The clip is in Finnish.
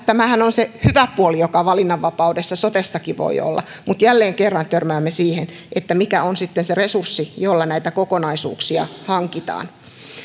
tämähän on se hyvä puoli joka valinnanvapaudessa sotessakin voi olla mutta jälleen kerran törmäämme siihen että mikä on sitten se resurssi jolla näitä kokonaisuuksia hankitaan